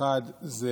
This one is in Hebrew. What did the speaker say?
אחד זה